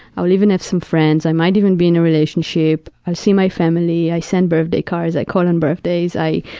i will even have some friends. i might even be in a relationship. i'll see my family. i send birthday cards. i call on birthdays. i,